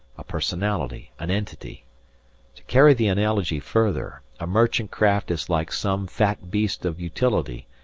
a personality, an entity to carry the analogy further, a merchant craft is like some fat beast of utility,